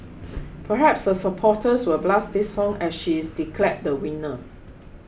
perhaps her supporters will blast this song as she is declared the winner